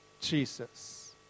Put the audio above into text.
Jesus